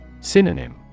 Synonym